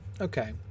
okay